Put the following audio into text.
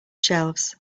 shelves